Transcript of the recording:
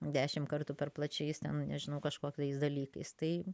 dešimt kartų per plačiais ten nežinau kažkokiais dalykais tai